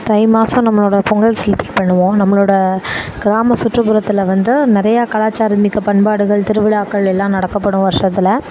தை மாதம் நம்மளோட பொங்கல் செலிப்ரேட் பண்ணுவோம் நம்மளோட கிராம சுற்றுப்புறத்தில் வந்து நிறையா கலாச்சாரம் மிக்க பண்பாடுகள் திருவிழாக்கள் எல்லாம் நடக்கப்படும் வருஷத்தில்